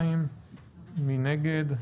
2. מי נגד?